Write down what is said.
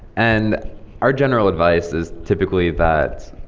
and our general advice is typically that,